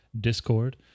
discord